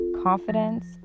Confidence